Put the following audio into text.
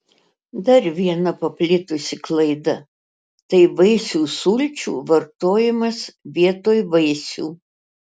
dar viena paplitusi klaida tai vaisių sulčių vartojimas vietoj vaisių